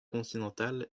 continental